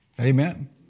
Amen